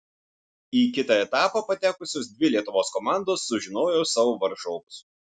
į kitą etapą patekusios dvi lietuvos komandos sužinojo savo varžovus